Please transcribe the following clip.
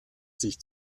sich